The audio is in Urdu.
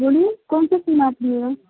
بولیے کون س سم آپ لی ہے